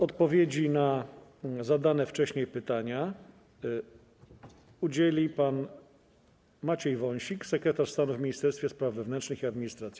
Odpowiedzi na zadane wcześniej pytania udzieli pan Maciej Wąsik, sekretarz stanu w Ministerstwie Spraw Wewnętrznych i Administracji.